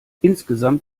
insgesamt